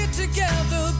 together